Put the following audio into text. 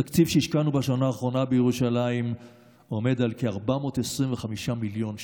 התקציב שהשקענו בשנה האחרונה בירושלים עומד על כ-425 מיליון שקלים.